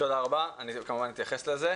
תודה רבה, אני כמובן אתייחס לזה.